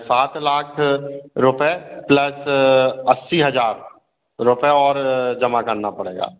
सात लाख रुपये प्लस अस्सी हज़ार रुपये और जमा करना पड़ेगा